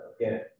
again